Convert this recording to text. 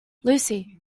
lucy